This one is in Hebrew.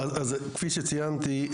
כפי שציינתי,